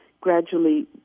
gradually